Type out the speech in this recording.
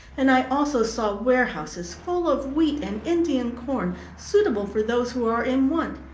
and i also saw warehouses full of wheat and indian corn, suitable for those who are in want.